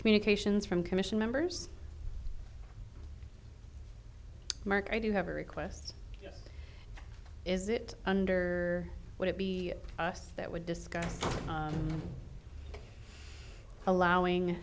communications from commission members mark i do have a request yet is it under would it be us that would discuss allowing